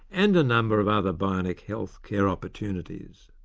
and a number of other bionic health care opportunities.